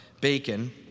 Bacon